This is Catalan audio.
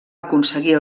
aconseguir